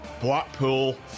Blackpool